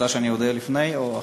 את רוצה שאני אודה לפני או אחרי?